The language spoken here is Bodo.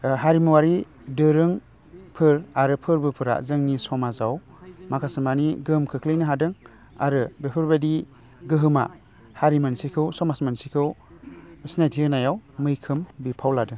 हारिमुवारि दोरोंफोर आरो फोरबोफोरा जोंनि समाजाव माखासे मानि गोहोम खोख्लैनो हादों आरो बेफोरबादि गोहोमा हारि मोनसेखौ समाज मोनसेखौ सिनायथि होनायाव मैखोम बिफाव लादों